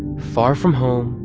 far from home,